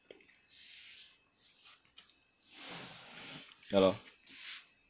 yah lor